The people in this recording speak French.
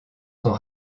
sont